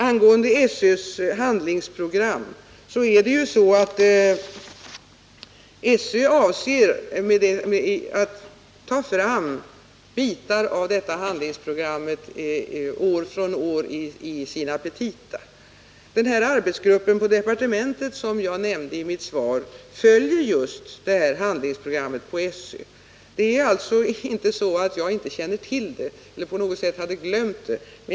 Angående SÖ:s handlingsprogram vill jag säga att SÖ avser att ta fram bitar av detta år från år i sina petita. Arbetsgruppen på departementet — jag nämnde den i mitt svar — följer just det här handlingsprogrammet från SÖ. Det är alltså inte så att jag inte känner till det eller att jag på något sätt glömt det.